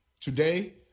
Today